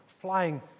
flying